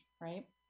right